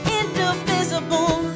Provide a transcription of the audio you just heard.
indivisible